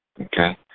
Okay